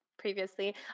previously